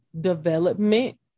development